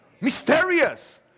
Mysterious